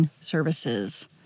services